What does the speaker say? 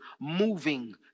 moving